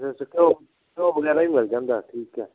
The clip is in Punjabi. ਅੱਛਾ ਅੱਛਾ ਘਿਓ ਘਿਓ ਵਗੈਰਾ ਵੀ ਮਿਲ ਜਾਂਦਾ ਠੀਕ ਹੈ